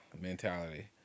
mentality